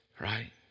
right